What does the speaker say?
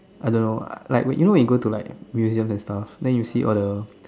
I don't know I like when you know you go to museum and stuffs then you see all the